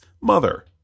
mother